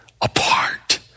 apart